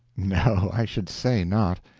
no, i should say not.